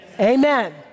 Amen